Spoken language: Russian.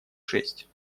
шесть